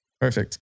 Perfect